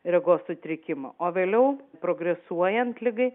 regos sutrikimo o vėliau progresuojant ligai